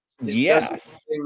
Yes